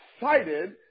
excited